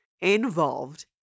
involved